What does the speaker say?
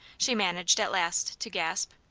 she managed at last to gasp.